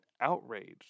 outraged